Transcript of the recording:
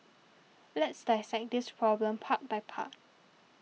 let's dissect this problem part by part